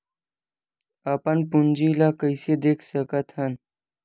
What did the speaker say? अपन पूंजी ला कइसे देख सकत हन?